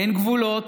אין גבולות,